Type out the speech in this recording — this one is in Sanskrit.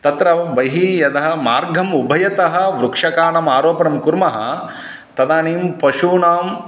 तत्र बहिः यदा मार्गम् उभयतः वृक्षाकाणाम् आरोपणं कुर्मः तदानीं पशूनाम्